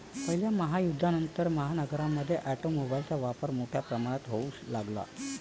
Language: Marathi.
पहिल्या महायुद्धानंतर, महानगरांमध्ये ऑटोमोबाइलचा वापर मोठ्या प्रमाणावर होऊ लागला